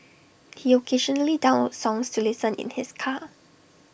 he occasionally downloads songs to listen in his car